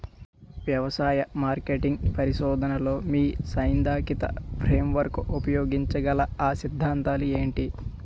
వ్యవసాయ మార్కెటింగ్ పరిశోధనలో మీ సైదాంతిక ఫ్రేమ్వర్క్ ఉపయోగించగల అ సిద్ధాంతాలు ఏంటి?